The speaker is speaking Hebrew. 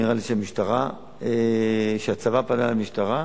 נראה לי שהצבא פנה אל המשטרה,